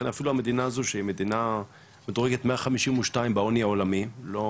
אפילו המדינה הזו, מדורגת 152 בעוני העולמי, לא